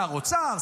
שר אוצר,